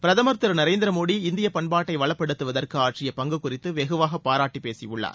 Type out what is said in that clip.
பிரதமர் திரு நரேந்திர மோடி இந்திய பண்பாட்டை வளப்படுத்துவதற்கு ஆற்றிய பங்கு குறித்து வெகுவாக பாராட்டி பேசியுள்ளார்